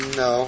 no